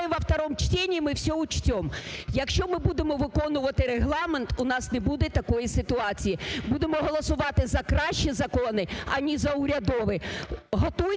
мы все учтем. Якщо ми будемо виконувати регламент, у нас не буде такої ситуації. Будемо голосувати за кращі закони, а не за урядові.